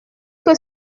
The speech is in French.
que